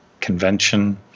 convention